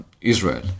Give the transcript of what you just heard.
Israel